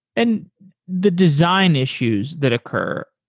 and the design issues that occur,